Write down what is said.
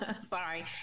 Sorry